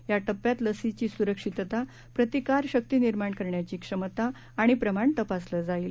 या टप्प्यात लसीची सुरक्षितता प्रतिकारक शक्ती निर्माण करण्याची क्षमता प्रमाण तपासले जाईल